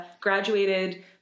graduated